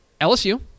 LSU